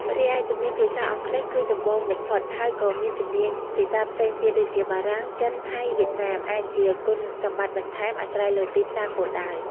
រីឯ ជំនាញភាសាអង់គ្លេស គឺចម្បងបំផុត ហើយក៏មានជំនាញភាសាផ្សេងទៀត (ដូចជាបារាំង ចិន ថៃ វៀតណាម) អាចជាគុណសម្បត្តិបន្ថែម អាស្រ័យលើទីផ្សារគោលដៅ។